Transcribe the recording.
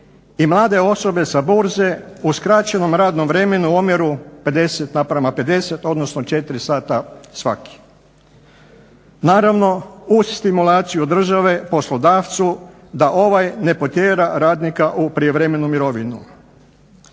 i mlade osobe sa burze u skraćenom radnom vremenu u omjeru 50 naprema 50, odnosno 4 sata svaki. Naravno uz stimulaciju države poslodavcu da ovaj ne potjera radnika u prijevremenu mirovinu.